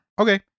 Okay